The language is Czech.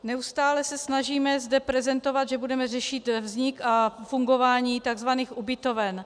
Neustále se snažíme zde prezentovat, že budeme řešit vznik a fungování takzvaných ubytoven.